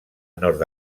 nord